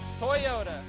Toyota